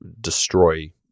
destroy